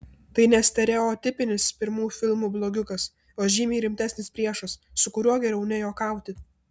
tai ne stereotipinis pirmų filmų blogiukas o žymiai rimtesnis priešas su kuriuo geriau nejuokauti